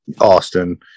Austin